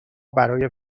برای